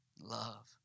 love